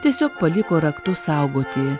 tiesiog paliko raktus saugoti